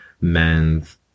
men's